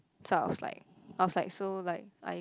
so I was like I was like so like I